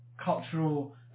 cultural